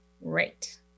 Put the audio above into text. Right